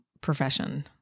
profession